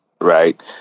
right